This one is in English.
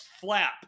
flap